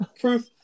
proof